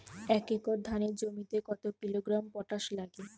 এক একর ধানের জমিতে কত কিলোগ্রাম পটাশ লাগে?